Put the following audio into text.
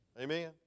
amen